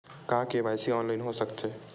का KYC online हो सकथे?